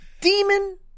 Demon